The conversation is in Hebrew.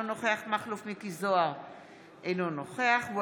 אינו נוכח מכלוף מיקי זוהר,